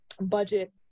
budget